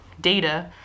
data